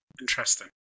interesting